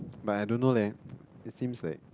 but I don't know leh it seems like